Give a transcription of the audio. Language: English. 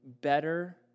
better